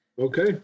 Okay